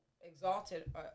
exalted